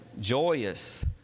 joyous